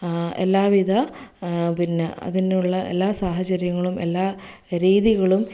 എല്ലാവിധ പിന്നെ അതിനുള്ള എല്ലാ സാഹചര്യങ്ങളും എല്ലാ രീതികളും